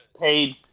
paid